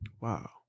Wow